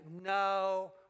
no